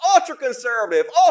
ultra-conservative